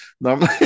normally